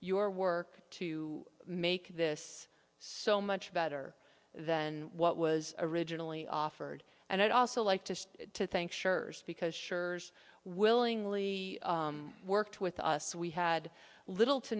your work to make this so much better than what was originally offered and i'd also like to to thank schurz because sure's willingly worked with us we had little to